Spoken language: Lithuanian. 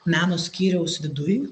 meno skyriaus viduj